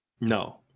No